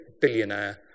billionaire